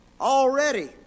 already